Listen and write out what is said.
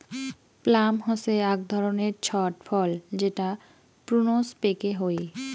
plum হসে আক ধরণের ছট ফল যেটা প্রুনস পেকে হই